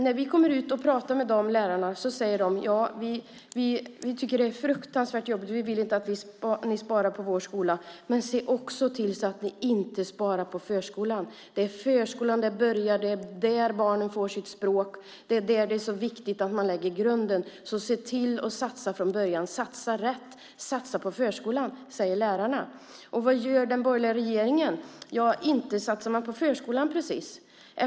När vi kommer dit och pratar med lärarna säger dessa: Vi tycker att det är fruktansvärt. Vi vill inte att ni sparar på vår skola. Och se också till att ni inte sparar på förskolan, för det är i förskolan det börjar! Det är där barnen får sitt språk. Det är där det är så viktigt att lägga grunden, så se till att satsa redan från början! Satsa rätt och satsa på förskolan! Så säger alltså lärarna. Men vad gör den borgerliga regeringen? Ja, inte satsar man på förskolan precis.